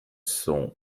sont